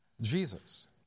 Jesus